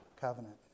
covenant